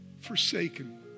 forsaken